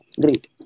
Great